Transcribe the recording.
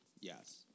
yes